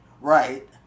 Right